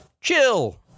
Chill